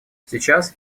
сейчас